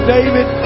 David